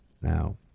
Now